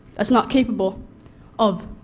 that's not capable of